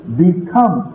become